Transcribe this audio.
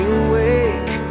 awake